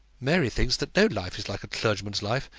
mary thinks that no life is like a clergyman's life.